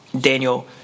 Daniel